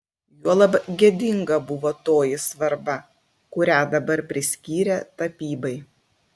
juolab gėdinga buvo toji svarba kurią dabar priskyrė tapybai